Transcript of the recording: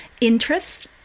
interest